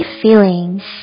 feelings